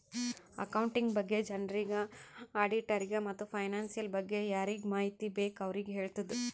accounting ಬಗ್ಗೆ ಜನರಿಗ್, ಆಡಿಟ್ಟರಿಗ ಮತ್ತ್ ಫೈನಾನ್ಸಿಯಲ್ ಬಗ್ಗೆ ಯಾರಿಗ್ ಮಾಹಿತಿ ಬೇಕ್ ಅವ್ರಿಗ ಹೆಳ್ತುದ್